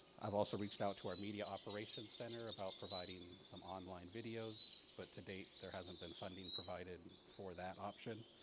i've also reached out to our media operations center about providing some online videos but to date there hasn't been funding provided for that option.